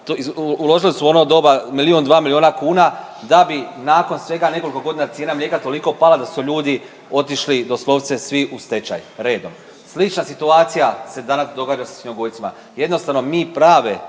uložili su u ono doba milijun, 2 milijuna kuna da bi nakon svega nekoliko godina cijena mlijeka toliko pala da su ljudi otišli doslovce svi u stečaj, redom. Slična situacija se danas događa sa svinjogojcima. Jednostavno mi prave